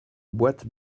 boîte